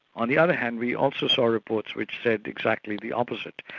on the other hand, we also saw reports which said exactly the opposite,